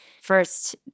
first